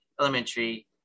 elementary